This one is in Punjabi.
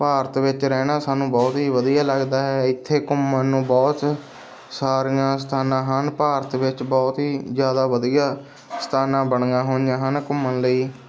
ਭਾਰਤ ਵਿੱਚ ਰਹਿਣਾ ਸਾਨੂੰ ਬਹੁਤ ਹੀ ਵਧੀਆ ਲੱਗਦਾ ਹੈ ਇੱਥੇ ਘੁੰਮਣ ਨੂੰ ਬਹੁਤ ਸਾਰੀਆਂ ਸਥਾਨਾਂ ਹਨ ਭਾਰਤ ਵਿੱਚ ਬਹੁਤ ਹੀ ਜ਼ਿਆਦਾ ਵਧੀਆ ਸਥਾਨਾਂ ਬਣੀਆਂ ਹੋਈਆਂ ਹਨ ਘੁੰਮਣ ਲਈ